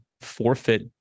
forfeit